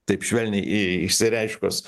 taip švelniai išsireiškus